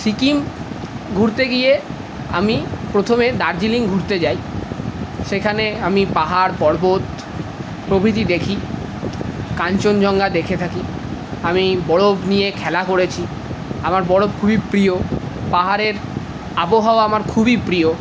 সিকিম ঘুরতে গিয়ে আমি প্রথমে দার্জিলিং ঘুরতে যাই সেখানে আমি পাহাড় পর্বত প্রভৃতি দেখি কাঞ্চনজঙ্ঘা দেখে থাকি আমি বরফ নিয়ে খেলা করেছি আমার বরফ খুবই প্রিয় পাহাড়ের আবহাওয়া আমার খুবই প্রিয়